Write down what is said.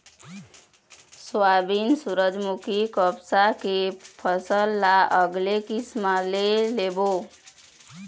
soybean, सूरजमूखी, कपसा के फसल ल अलगे किसम ले लूबे